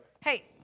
Hey